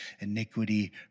iniquity